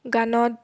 গানত